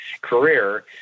career